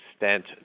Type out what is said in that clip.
extent